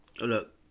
look